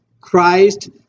Christ